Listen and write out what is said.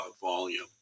volume